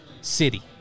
City